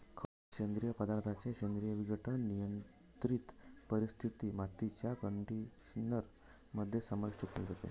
खत, सेंद्रिय पदार्थांचे सेंद्रिय विघटन, नियंत्रित परिस्थितीत, मातीच्या कंडिशनर मध्ये समाविष्ट केले जाते